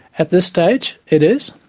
at this stage it is.